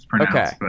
okay